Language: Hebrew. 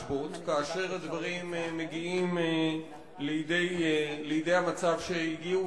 לשבות כאשר הדברים מגיעים לידי המצב שהגיעו,